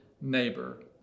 Neighbor